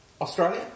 Australia